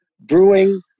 brewing